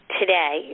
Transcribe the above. today